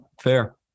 Fair